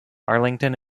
arlington